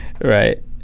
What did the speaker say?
right